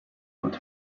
would